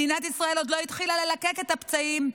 מדינת ישראל עוד לא התחילה ללקק את הפצעים,